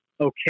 okay